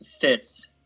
fits